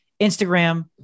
Instagram